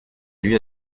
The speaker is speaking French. élu